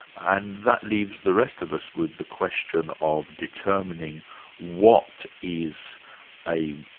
and that leaves the rest of us with the question of determining what is a